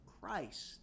Christ